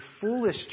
foolish